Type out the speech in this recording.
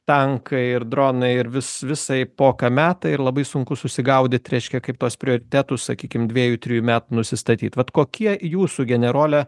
tankai ir dronai ir vis visai poką meta ir labai sunku susigaudyt reiškia kaip tuos prioritetus sakykim dviejų trijų metų nusistatyt vat kokie jūsų generole